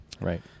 Right